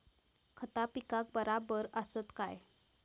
खता पिकाक बराबर आसत काय?